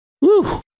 woo